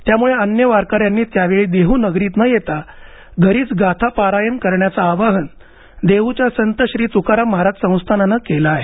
त्यामुळे अन्य वारकऱ्यांनी त्यावेळी देहनगरीत न येता घरीच गाथा पारायण करण्याचं आवाहन देहूच्या संत श्री तुकाराम महाराज संस्थानानं केलं आहे